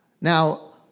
Now